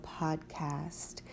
podcast